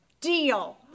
deal